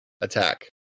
attack